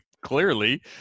Clearly